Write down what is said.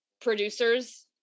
Producers